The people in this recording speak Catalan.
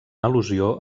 al·lusió